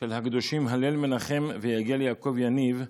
של הקדושים הלל מנחם ויגל יעקב יניב,